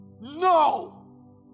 no